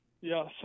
Yes